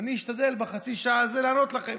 ואני אשתדל בחצי השעה הזאת לענות לכם.